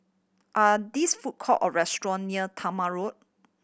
are this food court or restaurant near Talma Road